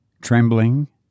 trembling